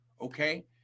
Okay